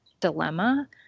dilemma